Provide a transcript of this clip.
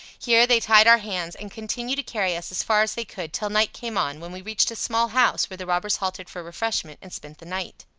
here they tied our hands, and continued to carry us as far as they could, till night came on, when we reached a small house, where the robbers halted for refreshment, and spent the night.